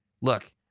Look